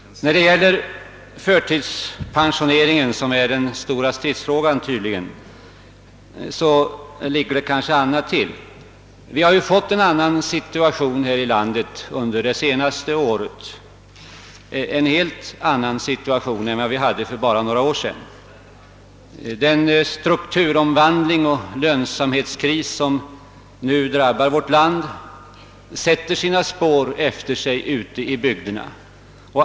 När det gäller förtidspensioneringen, som tydligen är den stora stridsfrågan, ligger det kanske annorlunda till. Vi har under det senaste året fått en helt annan situation här i landet än vi hade för bara några år sedan. Den strukturomvandling och lönsamhetskris som nu drabbar vårt land sätter sina spår ute i bygderna.